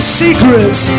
secrets